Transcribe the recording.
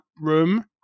room